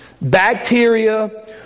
bacteria